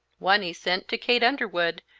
one he sent to kate underwood,